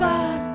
God